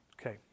okay